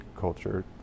culture